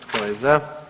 Tko je za?